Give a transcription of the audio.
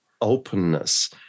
openness